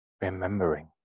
remembering